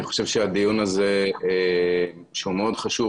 אני חושב שהדיון הזה שהוא מאוד חשוב,